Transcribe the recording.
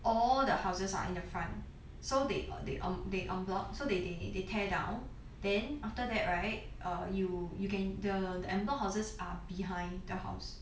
all the houses are in the front so they err they err they en bloc so they they they tear down then after that right err you you can the amber horses are behind the house